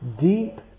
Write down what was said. deep